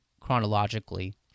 chronologically